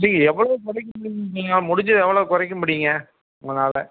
நீங்கள் எவ்வளோ குறைக்க முடியும்ங்க முடிஞ்சது எவ்வளோ குறைக்க முடியும்ங்க உங்களால்